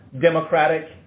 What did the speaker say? democratic